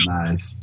nice